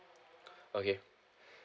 okay